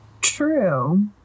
True